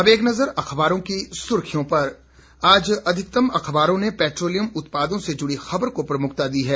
अब एक नजर अखबारों की सुर्खियों पर आज अधिकतम अखबारों ने पैट्रोलियम उत्पादों से जुड़ी खबर को प्रमुखता दी है